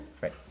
Right